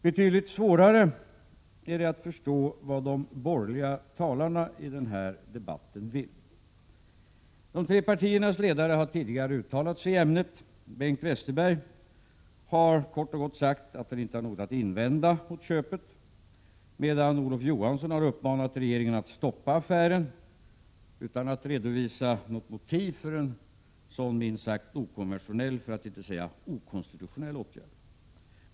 Betydligt svårare är det att förstå vad de borgerliga talarna i denna debatt vill. De tre partiernas ledare har tidigare uttalat sig i ämnet. Bengt Westerberg har kort och gott sagt att han inte har något att invända mot köpet. Olof Johansson har däremot uppmanat regeringen att stoppa affären, utan att redovisa något motiv för en sådan minst sagt okonventionell, för att inte säga okonstitutionell åtgärd.